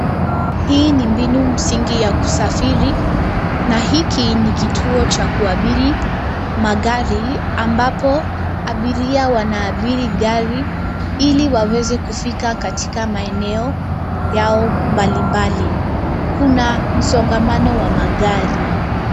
Hii ni mbinu msingi ya kusafiri na hiki ni kituo cha kuabiri magari, ambapo abiria wanaabiri gari ili waweze kufika katika maeneo yao mbalimbali. Kuna msongamano wa magari.